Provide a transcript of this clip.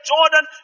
Jordan